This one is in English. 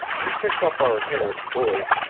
we picked up our nearest buoy,